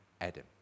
Adam